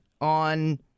on